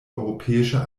europäische